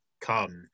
come